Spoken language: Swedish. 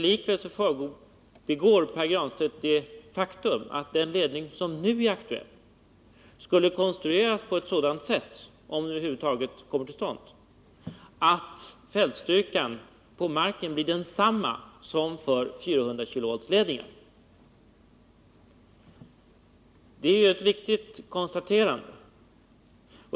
Likväl förbigår Pär Granstedt det faktum att den ledning som nu är aktuell skulle konstrueras på ett sådant sätt — om den över huvud taget kommer till stånd — att fältstyrkan på marken blir densamma som för 400-kV-ledningarna. Det är ett viktigt konstaterande.